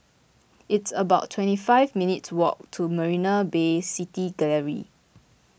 it's about twenty five minutes' walk to Marina Bay City Gallery